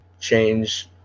change